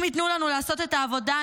אם ייתנו לנו לעשות את העבודה,